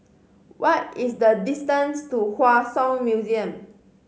what is the distance to Hua Song Museum